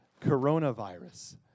coronavirus